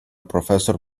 professor